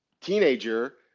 teenager